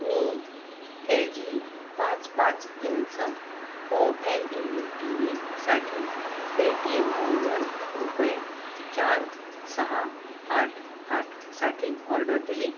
मी LG जी पाच पाच इंच ओएलईडी टी व्हीसाठी पेटीएम मॉलवर रुपये चार सहा आठ आठसाठी ऑर्डर दिली